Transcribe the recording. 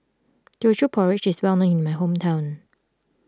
Teochew Porridge is well known in my hometown